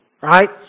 right